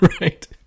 right